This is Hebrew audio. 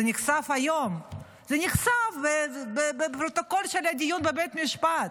זה נחשף היום בפרוטוקול של הדיון בבית משפט.